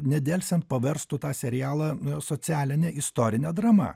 nedelsiant paverstų tą serialą socialine istorine drama